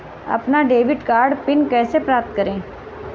अपना debit card PIN कैसे प्राप्त करें?